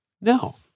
no